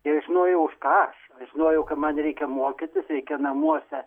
ir žinojo už ką aš žinojau kad man reikia mokytis reikia namuose